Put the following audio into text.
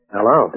Hello